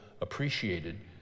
appreciated